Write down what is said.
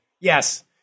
Yes